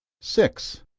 six.